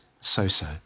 so-so